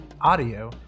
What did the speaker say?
audio